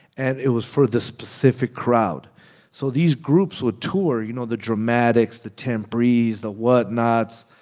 and it was for the specific crowd so these groups would tour, you know, the dramatics, the temprees, the whatnots,